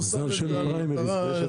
הוא שם את זה על מטרה ראויה.